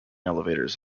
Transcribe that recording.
elevators